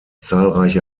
zahlreiche